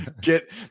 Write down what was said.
Get